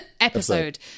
episode